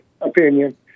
opinion